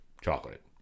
chocolate